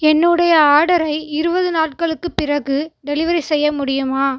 என்னுடைய ஆர்டரை இருபது நாட்களுக்கு பிறகு டெலிவரி செய்ய முடியுமா